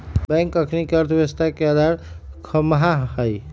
bank अखनिके अर्थव्यवस्था के अधार ख़म्हा हइ